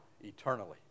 eternally